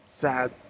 sad